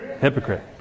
Hypocrite